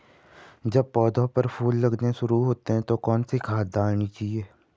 जब पौधें पर फूल लगने शुरू होते हैं तो कौन सी खाद डालनी चाहिए?